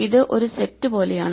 ഇത് ഒരു സെറ്റ് പോലെയാണ്